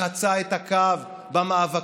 חצה את הקו במאבקים,